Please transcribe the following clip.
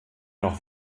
noch